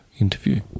interview